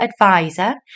advisor